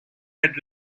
had